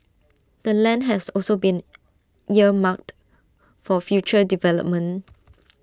the land has also been earmarked for future development